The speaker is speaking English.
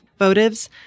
votives